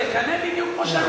תגנה בדיוק כמו שאני מגנה,